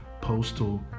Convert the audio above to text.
postal